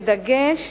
בדגש